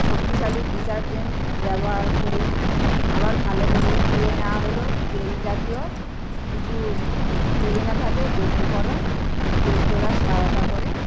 শক্তিশালী ডিটারজেন্ট ব্যবহার করে আবার ভালো করে ধুয়ে নেওয়া হলো তেলজাতীয় কিছু লেগে না থাকে দ্রব্যকরণ তেল তোলার সহয়তা করে